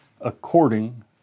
according